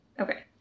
okay